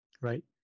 right